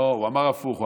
לא, הוא אמר הפוך.